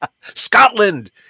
Scotland